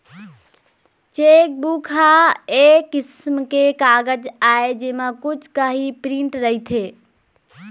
chequebook ह एक किसम के कागज आय जेमा कुछ काही प्रिंट रहिथे